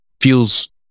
feels